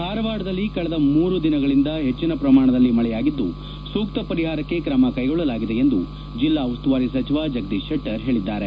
ಧಾರವಾಡದಲ್ಲಿ ಕಳೆದ ಎರಡು ಮೂರು ದಿನಗಳಿಂದ ಹೆಚ್ಚಿನ ಪ್ರಮಾಣದಲ್ಲಿ ಮಳೆಯಾಗಿದ್ದು ಸೂಕ್ತ ಪರಿಹಾರಕ್ಕೆ ಕ್ರಮಕ್ಕೆಗೊಳ್ಳಲಾಗಿದೆ ಎಂದು ಜಿಲ್ಡಾ ಉಸ್ತುವಾರಿ ಸಚಿವ ಜಗದೀಶ್ ಶೆಟ್ವರ್ ಹೇಳಿದ್ದಾರೆ